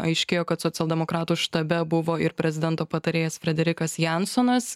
aiškėjo kad socialdemokratų štabe buvo ir prezidento patarėjas frederikas jansonas